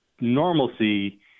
normalcy